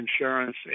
Insurance